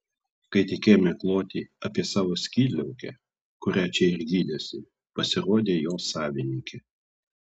kai tik ėmė kloti apie savo skydliaukę kurią čia ir gydėsi pasirodė jo savininkė